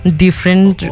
different